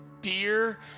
dear